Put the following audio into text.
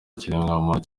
ikiremwamuntu